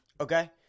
okay